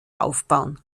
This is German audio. aufbauen